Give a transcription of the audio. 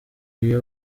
iyo